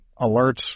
alerts